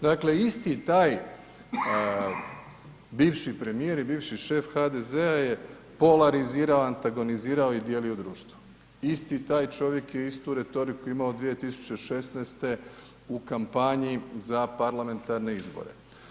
Dakle isti taj bivši premijer i bivši šef HDZ-a je polarizirao, antagonizirao i dijelio društvo, isti taj čovjek je istu retoriku imao 2016. u kampanji za parlamentarne izbore.